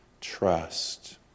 trust